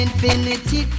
Infinity